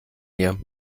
mir